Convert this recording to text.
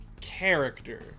character